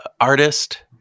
artist